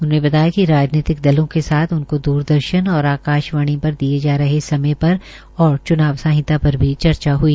उन्होंने बताया कि राजीतिक दलों के साथ उनकों द्रदर्शन और आकाशवाणी पर दिए जा रहे समय पर और च्नाव सहिंता पर भी चर्चा हई